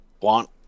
want